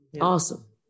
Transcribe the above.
awesome